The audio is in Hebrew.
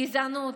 גזענות,